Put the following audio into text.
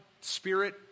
Spirit